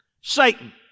Satan